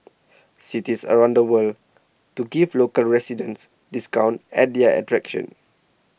cities around the world to give local residents discounts at their attractions